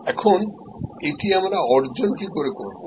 এখন এটি আমরা অর্জন কি করে করব